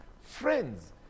Friends